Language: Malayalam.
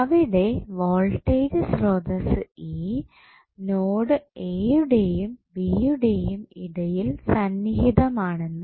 അവിടെ വോൾട്ടേജ് സ്രോതസ്സ് E നോഡ് എയുടെയും ബി യുടെയും ഇടയിൽ സന്നിഹിതമാണെന്ന്